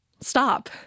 stop